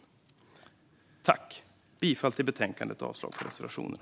Jag yrkar bifall till utskottets förslag i betänkandet och avslag på reservationerna.